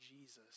Jesus